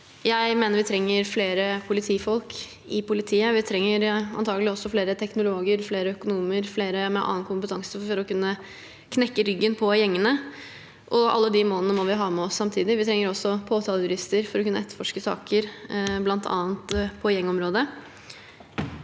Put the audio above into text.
Jeg mener vi trenger flere politifolk i politiet. Vi trenger antakelig også flere teknologer, flere økonomer og flere med annen kompetanse for å kunne knekke ryggen på gjengene. Alle de målene må vi ha med oss samtidig. Vi trenger også påtalejurister for å kunne etterforske saker, bl.a. på gjengområdet.